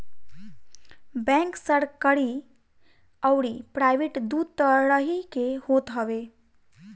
bank सरकरी अउरी private दू तरही के होत हवे